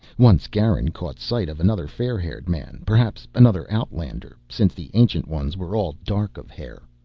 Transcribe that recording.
once garin caught sight of another fair-haired man, perhaps another outlander, since the ancient ones were all dark of hair.